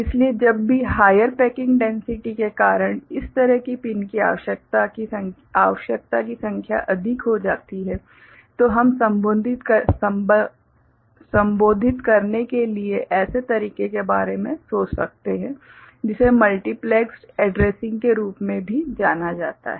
इसलिए जब भी हाइयर पैकिंग डैन्सिटि के कारण इस तरह की पिन की आवश्यकता की संख्या अधिक हो जाती है तो हम संबोधित करने के कुछ ऐसे तरीके के बारे में सोच सकते हैं जिसे मल्टीप्लेक्स्ड एड्रेसिंग के रूप में भी जाना जाता है